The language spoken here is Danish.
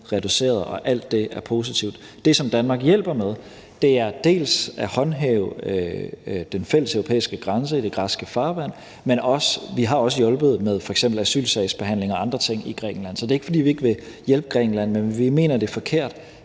reduceret, og alt det er positivt. Det, som Danmark hjælper med, er at håndhæve den fælles europæiske grænse i det græske farvand, men vi har også hjulpet med f.eks. asylsagsbehandling og andre ting i Grækenland. Så det er ikke, fordi vi ikke vil hjælpe Grækenland, men vi mener, det er forkert,